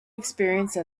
experience